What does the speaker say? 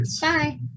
Bye